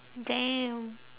damn